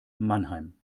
mannheim